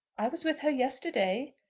i was with her yesterday.